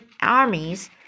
armies